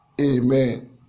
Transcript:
Amen